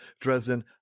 Dresden